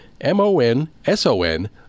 M-O-N-S-O-N